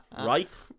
Right